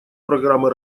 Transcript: программы